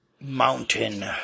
mountain